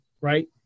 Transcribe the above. right